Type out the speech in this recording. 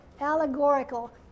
allegorical